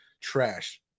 trash